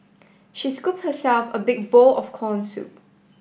she scooped herself a big bowl of corn soup